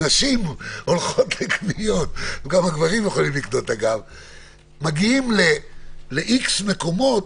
נשים הולכות לקניות גם הגברים יכולים לקנות מגיעים לאיקס מקומות,